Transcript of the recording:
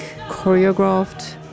choreographed